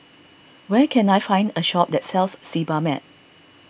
where can I find a shop that sells Sebamed